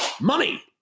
money